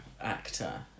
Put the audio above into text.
actor